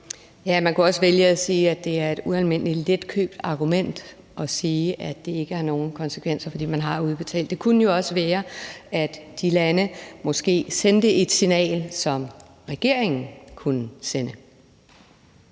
Man kunne også vælge at sige, at det er et ualmindelig letkøbt argument, at det ikke har nogen konsekvenser, fordi man har udbetalt støtten. Det kunne jo også være, at de lande måske sendte et signal, som regeringen også kunne sende.